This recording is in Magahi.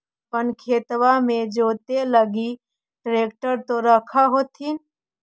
अपने खेतबा मे जोते लगी ट्रेक्टर तो रख होथिन?